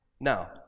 Now